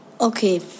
okay